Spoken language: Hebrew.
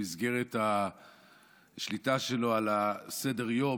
במסגרת השליטה שלו על סדר-היום,